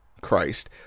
Christ